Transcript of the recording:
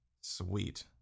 Sweet